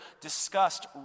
discussed